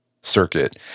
circuit